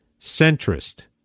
centrist